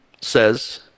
says